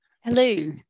Hello